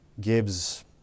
Gibbs